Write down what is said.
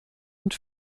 und